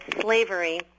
slavery